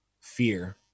fear